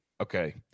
Okay